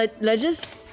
Ledges